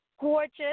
gorgeous